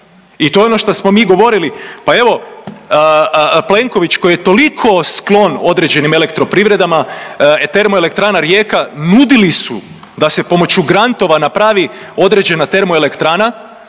I to je ono što smo mi govorili, pa evo Plenković koji je toliko sklon određenim elektroprivredama Termoelektrana Rijeka nudili su da se pomoću grantova napravi određena termoelektrana